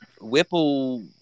Whipple